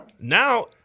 now